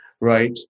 Right